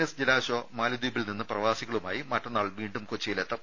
S Jalashwa മാലിദ്വീപിൽ നിന്ന് പ്രവാസികളുമായി മറ്റന്നാൾ വീണ്ടും കൊച്ചിയിലെത്തും